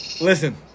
Listen